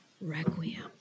Requiem